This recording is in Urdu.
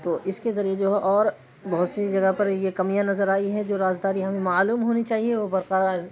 تو اس کے ذریعہ جو ہے اور بہت سی جگہ پر یہ کمیاں نظر آئی ہیں جو رازداری ہمیں معلوم ہونی چاہیے وہ برقرار